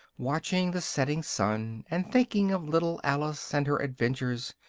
watching the setting sun, and thinking of little alice and her adventures,